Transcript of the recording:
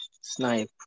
Snipe